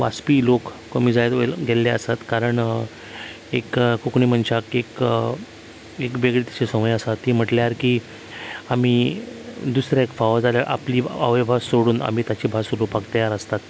वाचपीय लोक कमी जायत गेल्ले आसात कारण एक कोंकणी मनशाक एक एक वेगळीशी संवय आसा ती म्हटल्यार की आमी दुसऱ्याक फावो जाल्यार आपली आवयभास सोडून आमी ताची भास उलोवपाक तयार आसता